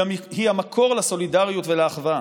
היא המקור לסולידריות ולאחווה,